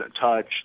touch